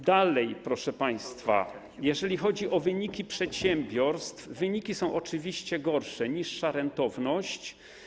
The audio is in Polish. Dalej, proszę państwa, jeżeli chodzi o wyniki przedsiębiorstw, są one oczywiście gorsze, jest niższa rentowność.